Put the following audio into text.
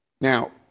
Now